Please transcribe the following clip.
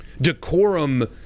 decorum